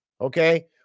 okay